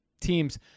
Teams